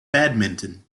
badminton